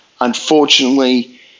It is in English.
Unfortunately